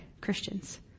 Christians